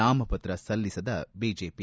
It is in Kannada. ನಾಮಪತ್ರ ಸಲ್ಲಿಸದ ಬಿಜೆಪಿ